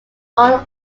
all